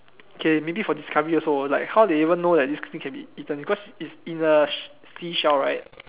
okay maybe for discovery also like how they even know that this thing can be eaten because it's in the she~ seashell right